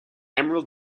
emerald